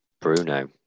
Bruno